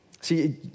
See